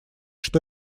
что